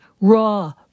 raw